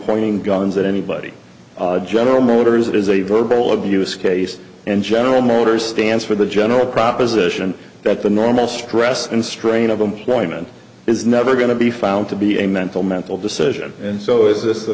pointing guns at anybody general motors is a verbal abuse case and general motors stands for the general proposition that the normal stress and strain of employment is never going to be found to be a mental mental decision and so is this the